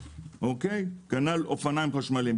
כנ"ל אופנים חשמליים,